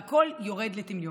והכול יורד לטמיון.